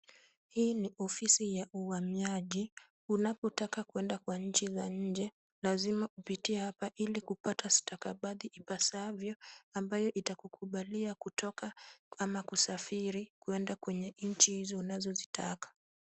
Hii ni ofisi ya uhamiaji unapotaka kuenda kwa nchi za nje lazima upitie hapa ili kupata stakabadhi ipasavyo ambayo itakukubalia kutoka ama kusafiri kuenda kwenye nchi hizo unazozitaka.